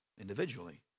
individually